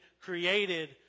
created